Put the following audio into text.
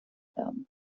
werden